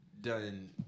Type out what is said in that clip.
done